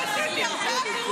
תמשיך.